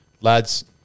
Lads